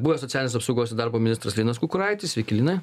buvęs socialinės apsaugos ir darbo ministras linas kukuraitis sveiki linai